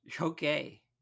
Okay